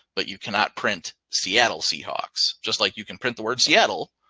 but you cannot print seattle seahawks. just like you can print the word seattle,